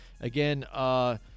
again